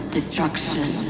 destruction